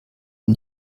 und